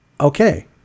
Okay